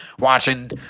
watching